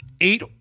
eight